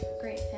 great